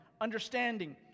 understanding